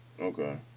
Okay